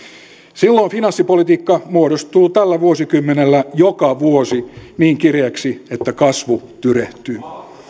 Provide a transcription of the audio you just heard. silloin finanssipolitiikka muodostuu tällä vuosikymmenellä joka vuosi niin kireäksi että kasvu tyrehtyy